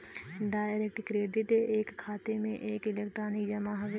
direct credit एक खाते में एक इलेक्ट्रॉनिक जमा हौ